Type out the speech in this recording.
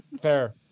fair